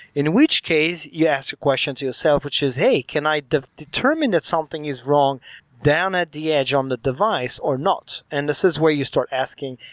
in which case you ask questions yourself which is, hey, can i determine that something is wrong down at the edge on the device or not? and this is where you start asking,